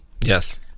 Yes